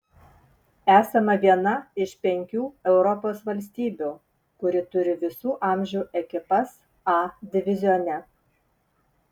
esame viena iš penkių europos valstybių kuri turi visų amžių ekipas a divizione